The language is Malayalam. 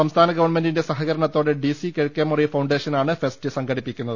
സംസ്ഥാന ഗവൺമെൻറിന്റെ സഹകരണത്തോടെ ഡിസി കിഴക്കേമുറി ഫൌണ്ടേഷൻ ആണ് ഫെസ്റ്റ് സംഘടിപ്പി ക്കുന്നത്